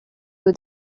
who